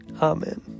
Amen